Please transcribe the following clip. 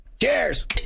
Cheers